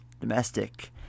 domestic